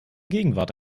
gegenwart